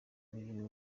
uyu